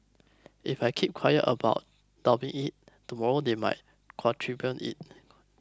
if I keep quiet about doubling it tomorrow they might quadruple it